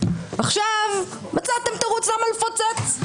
ועכשיו מצאתם תרוץ למה לפוצץ.